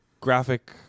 graphic